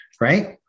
Right